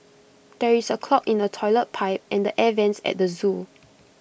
there is A clog in the Toilet Pipe and the air Vents at the Zoo